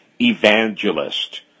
evangelist